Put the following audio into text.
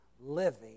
living